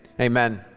amen